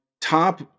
top